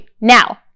now